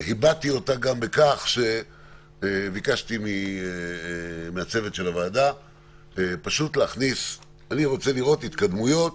והבעתי אותה גם בכך שביקשתי מהצוות של הוועדה לראות התקדמות.